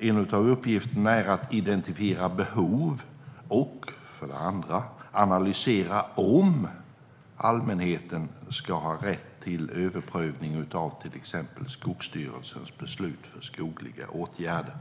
en av uppgifterna är att identifiera behov och en annan att analysera om allmänheten ska ha rätt till överprövning av till exempel Skogsstyrelsens beslut om skogliga åtgärder.